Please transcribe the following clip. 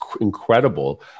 incredible